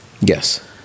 yes